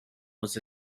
was